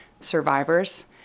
survivors